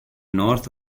north